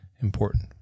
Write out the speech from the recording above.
important